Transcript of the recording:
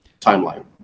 timeline